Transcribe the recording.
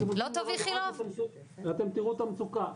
אתם תראו את המצוקה.